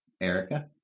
Erica